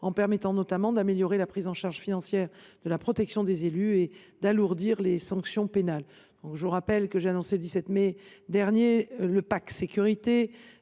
en permettant notamment d’améliorer la prise en charge financière de la protection des élus et d’alourdir les sanctions pénales. J’ai annoncé le 17 mai dernier le lancement